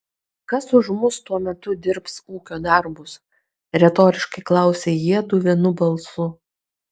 kas už mus tuo metu dirbs ūkio darbus retoriškai klausia jiedu vienu balsu